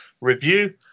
review